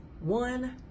one